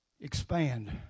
expand